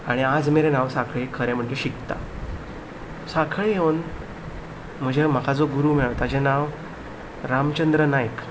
आनी आज मेरेन हांव सांखळे खरें म्हणजे शिकतां सांखळे येवन म्हजें म्हाका जो गुरू मेळ्ळो तेजें नांव रामचंद्र नायक